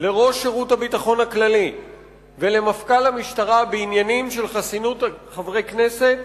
לראש שירות הביטחון הכללי ולמפכ"ל המשטרה בעניינים של חסינות חברי כנסת,